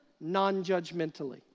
non-judgmentally